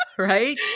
Right